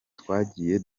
twagiye